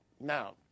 now